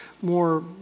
more